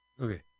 Okay